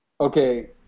Okay